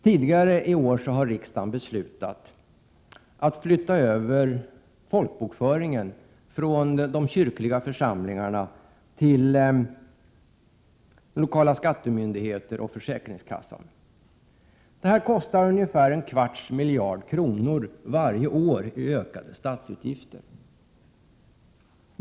Tidigare i år har riksdagen beslutat att flytta över folkbokföringen från de kyrkliga församlingarna till lokala skattemyndigheter och försäkringskassor. Detta kostar ungefär en kvarts miljard kronor varje år i ökade statsutgifter.